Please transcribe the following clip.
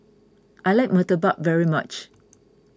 I like Murtabak very much